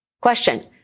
Question